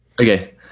Okay